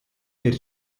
per